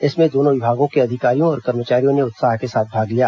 इसमें दोनों विभागों के अधिकारियों और कर्मचारियों ने उत्साह के साथ भाग लिया